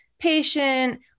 patient